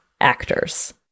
actors